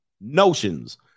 notions